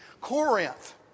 Corinth